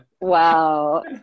Wow